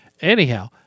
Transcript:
Anyhow